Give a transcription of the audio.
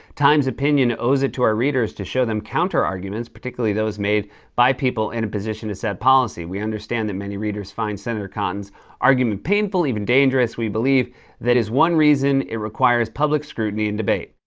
times opinion owes it to our readers to show them counterarguments, particularly those made by people in a position to set policy. we understand that many readers find senator cotton's argument painful, even dangerous. we believe that is one reason it requires public scrutiny and debate.